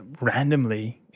randomly